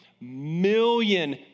million